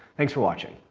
thanks for watching.